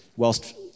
Whilst